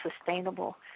sustainable